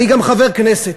אני גם חבר כנסת,